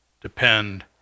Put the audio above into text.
depend